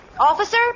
Officer